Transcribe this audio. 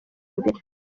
mbere